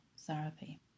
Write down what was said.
therapy